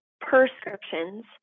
prescriptions